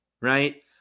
right